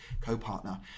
co-partner